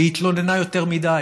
היא התלוננה יותר מדי.